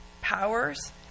powers